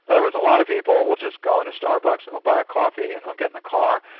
other words, a lot of people will just go into starbucks and they'll buy a coffee and they'll get in the car,